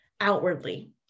outwardly